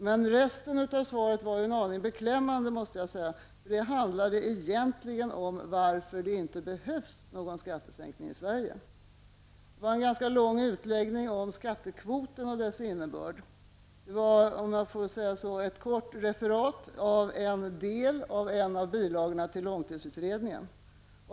Men resten av svaret var ju en aning beklämmande, måste jag säga. Det handlade egentligen om varför det inte behövs någon skattesänkning i Sverige. Det var en ganska lång utläggning om skattekvoten och dess innebörd. Det var, om jag får säga så, ett kort referat av en del av en av bilagorna till långtidsutredningen.